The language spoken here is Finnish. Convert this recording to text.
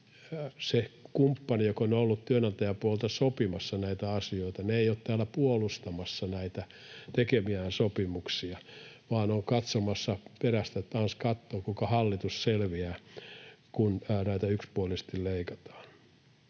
se kumppani, joka on ollut työnantajapuolelta sopimassa näitä asioita, ei ole täällä puolustamassa näitä tekemiään sopimuksia vaan on katsomassa perästä, että ans kattoo, kuinka hallitus selviää, kun näitä yksipuolisesti leikataan.